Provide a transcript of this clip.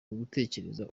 ugutekereza